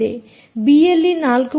BLE 4